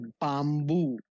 Bamboo